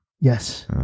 Yes